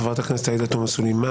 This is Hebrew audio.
חברת הכנסת עאידה תומא סלימאן,